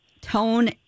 Tone